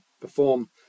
perform